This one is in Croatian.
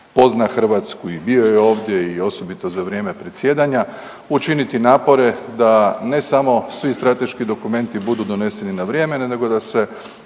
pozna Hrvatsku i bio je ovdje i osobito za vrijeme predsjedanja, učiniti napore da, ne samo svi strateški dokumenti budu doneseni na vrijeme, nego da se